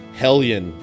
hellion